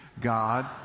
God